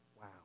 Wow